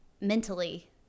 mentally